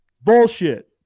Bullshit